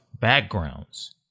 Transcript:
backgrounds